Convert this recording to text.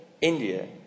India